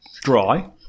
dry